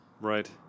Right